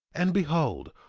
and behold,